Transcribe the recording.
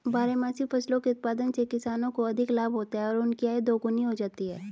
बारहमासी फसलों के उत्पादन से किसानों को अधिक लाभ होता है और उनकी आय दोगुनी हो जाती है